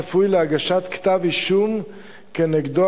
צפוי להגשת כתב-אישום כנגדו,